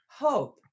hope